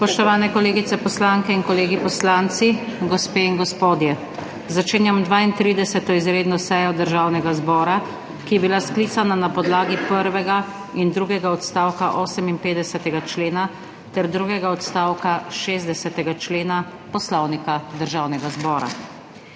Spoštovane kolegice poslanke in kolegi poslanci, gospe in gospodje, začenjam 32. izredno sejo Državnega zbora, ki je bila sklicana na podlagi prvega in drugega odstavka 58. člena ter drugega odstavka 60. člena Poslovnika Državnega zbora.